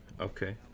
Okay